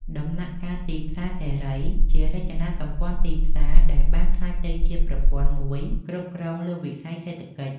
ដំណាក់កាល "ទីផ្សារសេរី" ជារចនាសម្ព័ន្ធទីផ្សារដែលបានក្លាយទៅជាប្រព័ន្ធមួយគ្រប់គ្រងលើវិស័យសេដ្ឋកិច្ច។